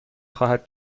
خواهد